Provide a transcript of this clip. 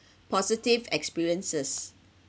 positive experiences